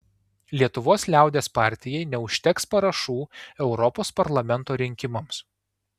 lietuvos liaudies partijai neužteks parašų europos parlamento rinkimams